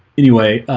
anyway,